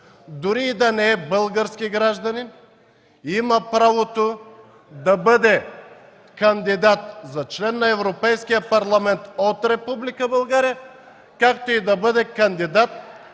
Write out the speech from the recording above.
дори и да не е български гражданин има правото да бъде кандидат за член на Европейския парламент от Република България, както и да бъде кандидат